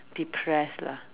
depressed lah